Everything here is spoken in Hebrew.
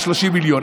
על 30 מיליון.